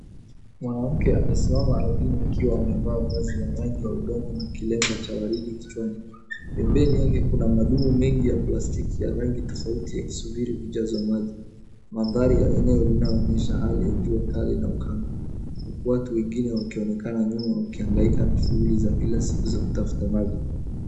Mwanamke amesimama ardhini akiwa amevaa vazi la rangi wa udongo na kilemba cha waridi kichwani. Pembeni yake kuna madumu mengi ya plastiki ya rangi tofauti yakisubiri kujazwa maji. Mandhari ya eneo liinaonyesha hali ya jua kali na ukame, huku watu wengine wakionekana nyuma wakihangaika na shughuli za kila siku za kutafuta maji.